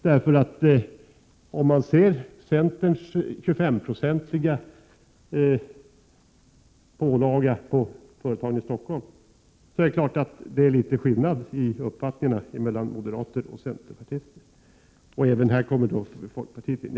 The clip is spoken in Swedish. Centern vill ha en 25-procentig pålaga på företagen i Stockholm. Det är litet skillnad i uppfattning mellan moderater och centerpartister. Sedan kommer ju också folkpartiet in.